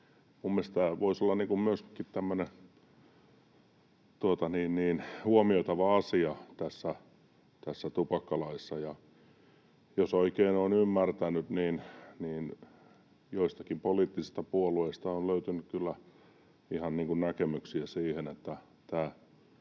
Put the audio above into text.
Mielestäni tämä voisi olla myöskin tämmöinen huomioitava asia tässä tupakkalaissa. Jos oikein olen ymmärtänyt, joistakin poliittisista puolueista on löytynyt kyllä ihan